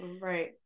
right